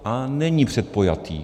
A není předpojatý.